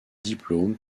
diplômes